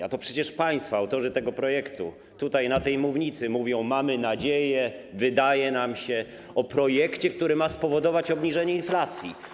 A to przecież państwo, autorzy tego projektu, mówią z tej mównicy: mamy nadzieję, wydaje nam się, o projekcie, który ma spowodować obniżenie inflacji.